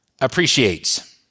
appreciates